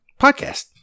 podcast